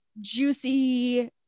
juicy